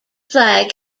flag